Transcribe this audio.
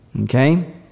Okay